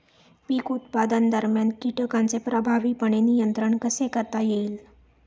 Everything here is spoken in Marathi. पीक उत्पादनादरम्यान कीटकांचे प्रभावीपणे नियंत्रण कसे करता येईल?